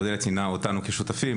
אודליה ציינה אותנו כשותפים.